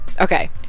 okay